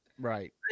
right